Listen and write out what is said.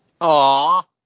Aww